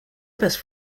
best